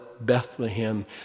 Bethlehem